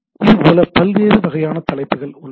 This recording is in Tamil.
இது போல பல்வேறு வகையான தலைப்புகள் உள்ளன